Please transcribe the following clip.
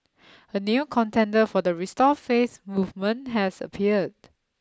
a new contender for the restore faith movement has appeared